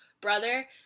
brother